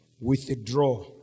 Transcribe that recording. withdraw